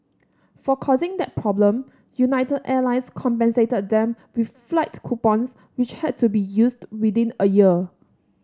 for causing that problem United Airlines compensated them with flight coupons which had to be used within a year